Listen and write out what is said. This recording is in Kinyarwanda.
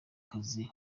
uzwi